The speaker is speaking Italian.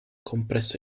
compresso